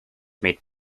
made